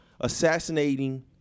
assassinating